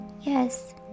Yes